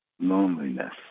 loneliness